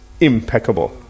impeccable